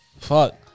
Fuck